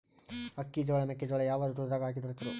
ಅಕ್ಕಿ, ಜೊಳ, ಮೆಕ್ಕಿಜೋಳ ಯಾವ ಋತುದಾಗ ಹಾಕಿದರ ಚಲೋ?